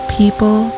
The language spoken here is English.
people